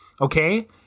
Okay